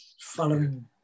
following